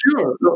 sure